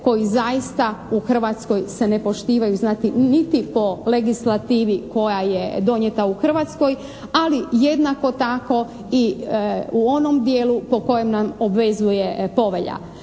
koji zaista u Hrvatskoj se ne poštivaju, znači niti po legislativi koja je donijeta u Hrvatskoj, ali jednako tako i u onom dijelu po kojem nam obvezuje Povelja.